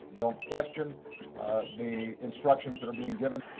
don't question the instructions that are being given.